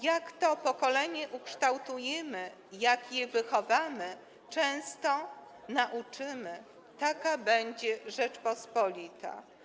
Jak to pokolenie ukształtujemy, jak je wychowamy, często nauczymy, taka będzie Rzeczpospolita.